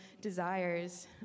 desires